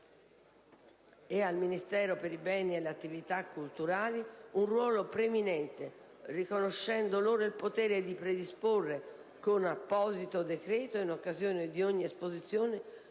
e al Ministero per i beni e le attività culturali un ruolo preminente, riconoscendo loro il potere di predisporre, con apposito decreto, in occasione di ogni esposizione,